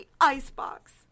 icebox